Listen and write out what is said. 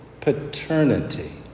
paternity